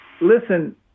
Listen